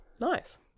Nice